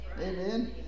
Amen